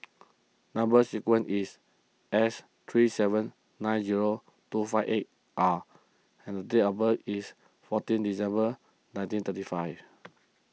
Number Sequence is S three seven nine zero two five eight R and the date of birth is fourteen December nineteen thirty five